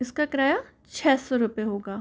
इसका किराया छ सौ रुपये होगा